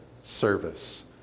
Service